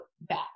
back